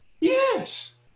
yes